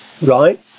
right